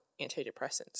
antidepressants